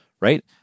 Right